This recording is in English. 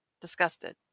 disgusted